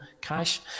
cash